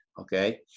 okay